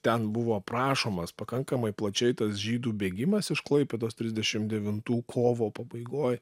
ten buvo aprašomas pakankamai plačiai tas žydų bėgimas iš klaipėdos trisdešim devintų kovo pabaigoj